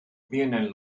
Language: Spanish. vienen